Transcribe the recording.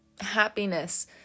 happiness